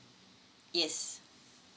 yes